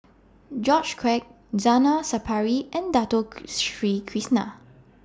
George Quek Zainal Sapari and Dato Sri Krishna